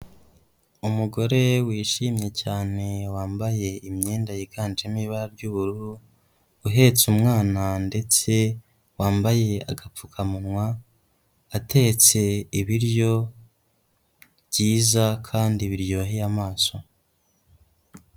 Umugore wishimye cyane wambaye imyenda yiganjemo ibara ry'ubururu uhetse umwana ndetse wambaye agapfukamunwa, atetse ibiryo byiza kandi biryoheye amaso.